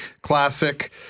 classic